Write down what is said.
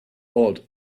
odd